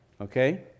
Okay